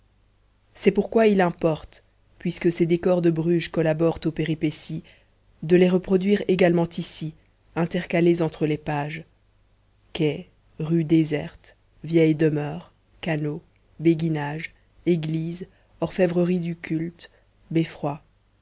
c'est pourquoi il importe puisque ces décors de bruges collaborent aux péripéties de les reproduire également ici intercalés entre les pages quais rues désertes vieilles demeures canaux béguinage églises orfèvrerie du culte beffroi